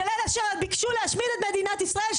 של אלה שביקשו להשמיד את מדינת ישראל,